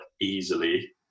easily